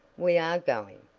we are going,